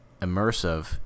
immersive